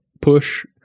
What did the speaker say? push